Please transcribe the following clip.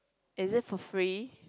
is it for free